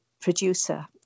producer